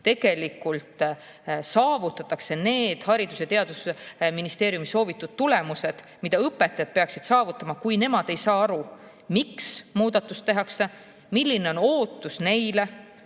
tegelikult saavutatakse need Haridus‑ ja Teadusministeeriumi soovitud tulemused, mida õpetajad peaksid saavutama, kui nad ei saa aru, miks muudatust tehakse, milline on ootus neile,